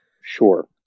Sure